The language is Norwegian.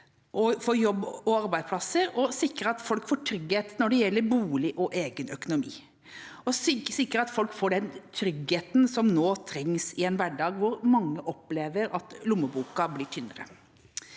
for jobb og arbeidsplasser, at folk får trygghet når det gjelder bolig og egen økonomi, og at folk får den tryggheten som nå trengs i en hverdag hvor mange opplever at lommeboka blir tynnere.